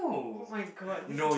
[oh]-my-god this one